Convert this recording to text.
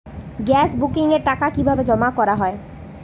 Gas বুকিংয়ের টাকা কিভাবে জমা করা হয়?